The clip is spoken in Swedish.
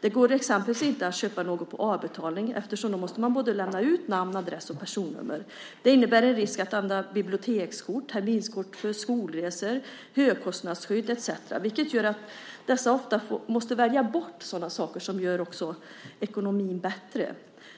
Det går till exempel inte att köpa något på avbetalning eftersom man då måste lämna ut både namn, adress och personnummer. Det innebär en risk att använda bibliotekskort, terminskort för resor till och från skolan, högkostnadsskydd etcetera. Detta gör att dessa kvinnor ofta måste välja bort sådana saker, som annars gör ekonomin bättre.